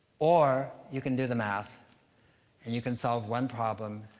or you can do the math and you can solve one problem,